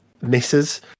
misses